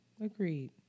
agreed